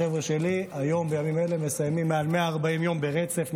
בימים אלה החבר'ה שלי מסיימים מעל 140 יום ברצף,